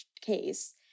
case